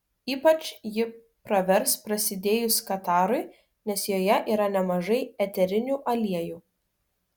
ypač ji pravers prasidėjus katarui nes joje yra nemažai eterinių aliejų